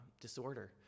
disorder